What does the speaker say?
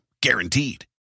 Guaranteed